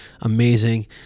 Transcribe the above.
amazing